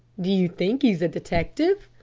do you think he is a detective?